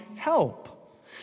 Help